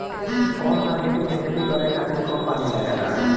कौन सा मिट्टी में खेती करे खातिर कम पानी लागेला?